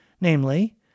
namely